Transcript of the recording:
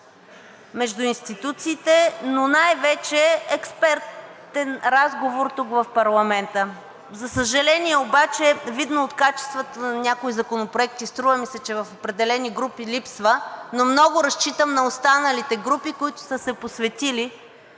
между институциите, но най-вече експертен разговор тук в парламента. За съжаление обаче, видно от качествата на някои законопроекти, струва ми се, че в определени групи липсва, но много разчитам на останалите групи, които са се посветили